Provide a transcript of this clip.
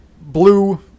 blue